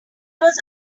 was